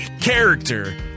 character